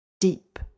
Deep